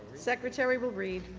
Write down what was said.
secretary will read.